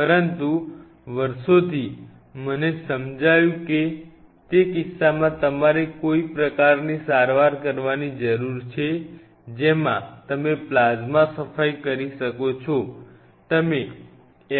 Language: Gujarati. પરંતુ વર્ષોથી મને સમજાયું કે તે કિસ્સામાં તમારે કોઈ પ્રકારની સારવાર કરવાની જરૂર છે જેમાં તમે પ્લાઝ્મા સફાઈ કરી શકો છો તમે